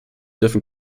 dürfen